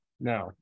Now